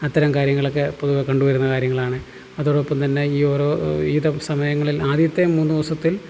അത്തരം കാര്യങ്ങളൊക്കെ ഇപ്പോൾ കണ്ടുവരുന്ന കാര്യങ്ങളാണ് അതോടൊപ്പം തന്നെ ഈ ഓരോ ഈ സമയങ്ങളിൽ ആദ്യത്തെ മൂന്ന് ദിവസത്തിൽ